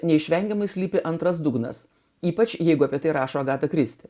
neišvengiamai slypi antras dugnas ypač jeigu apie tai rašo agata kristi